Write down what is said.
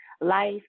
life